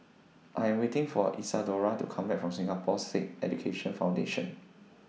I Am waiting For Isadora to Come Back from Singapore Sikh Education Foundation